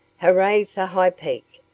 hooray for high peak!